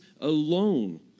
alone